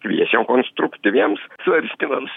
kviečiam konstruktyviems svarstymams